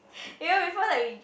you know before like we